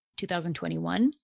2021